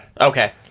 Okay